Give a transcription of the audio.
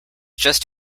just